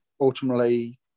ultimately